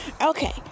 Okay